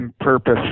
purpose